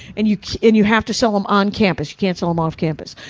and you and you have to sell them on campus. you can't sell them off campus.